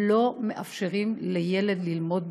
לא מאפשרים לילד ללמוד בבית-ספר.